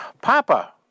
Papa